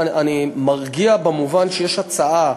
אני מרגיע במובן שיש הצעה,